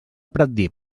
pratdip